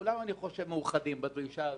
כולם מאוחדים בדרישה הזאת.